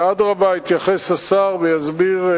אדרבה, יתייחס השר ויסביר.